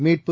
மீட்பு